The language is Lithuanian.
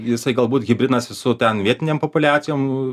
jisai galbūt hibridinasi su ten vietinėm populiacijom